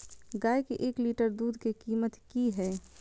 गाय के एक लीटर दूध के कीमत की हय?